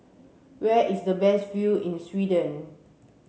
where is the best view in Sweden